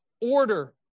order